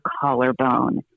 collarbone